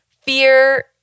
fear